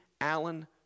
Allen